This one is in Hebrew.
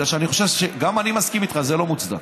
גם אני מסכים איתך, זה לא מוצדק.